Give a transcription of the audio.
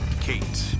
Kate